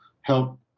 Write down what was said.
help